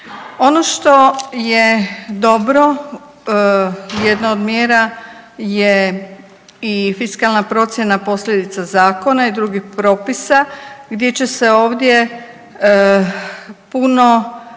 Ono što je dobro jedna od mjera je i fiskalna procjena posljedica zakona i drugih propisa gdje će se ovdje puno